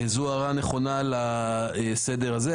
זו הערה נכונה לסדר הזה.